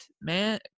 man